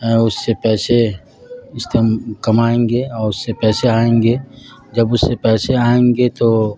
اس سے پیسے اسم کمائیں گے اور اس سے پیسے آئیں گے جب اس سے پیسے آئیں گے تو